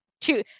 two